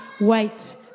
wait